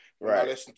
Right